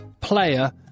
player